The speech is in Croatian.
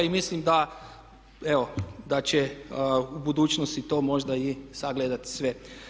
Mislim da evo da će u budućnosti to možda i sagledati sve.